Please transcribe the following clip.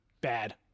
Bad